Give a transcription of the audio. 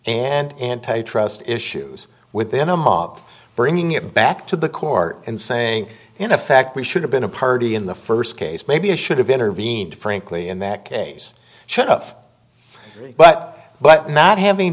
and antitrust issues within a month bringing it back to the court and saying in effect we should have been a party in the st case maybe i should have intervened frankly in that case chuff but but not having